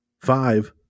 five